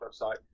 website